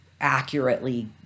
accurately